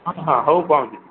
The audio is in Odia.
ହଁ ହଁ ହଉ ପହଞ୍ଚିଲି